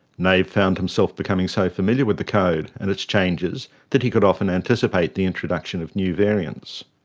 nave found himself becoming so familiar with the code and its changes that he could often anticipate the introduction of new variants.